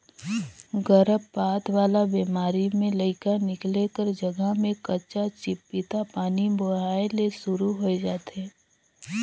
गरभपात वाला बेमारी में लइका निकले कर जघा में कंचा चिपपिता पानी बोहाए ले सुरु होय जाथे